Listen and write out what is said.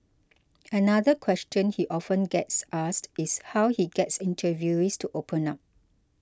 another question he often gets asked is how he gets interviewees to open up